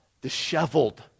disheveled